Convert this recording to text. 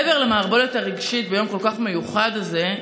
מעבר למערבולת הרגשית ביום הכל-כך מיוחד הזה,